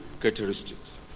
characteristics